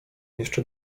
jeszcze